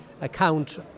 account